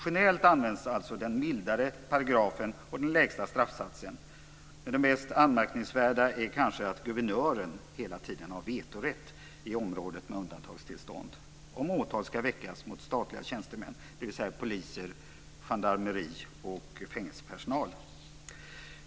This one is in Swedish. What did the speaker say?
Generellt används alltså den mildare paragrafen och den lägsta straffsatsen, men det mest anmärkningsvärda är kanske att guvernören hela tiden har vetorätt i området med undantagstillstånd när det gäller om åtal ska väckas mot statliga tjänstemän, dvs. poliser, gendarmeri och fängelsepersonal.